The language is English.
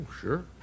sure